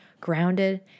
grounded